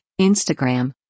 Instagram